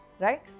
right